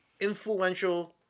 influential